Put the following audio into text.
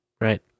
right